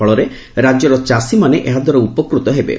ଫଳରେ ରାଜ୍ୟର ଚାଷୀମାନେ ଏହାଦ୍ୱାରା ଉପକୃତ ହେବେ